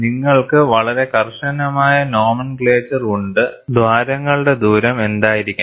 നിങ്ങൾക്ക് വളരെ കർശനമായ നോമൻക്ലേച്ചർ ഉണ്ട് ദ്വാരങ്ങളുടെ ദൂരം എന്തായിരിക്കണം